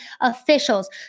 officials